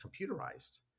computerized